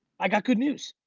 i got good news,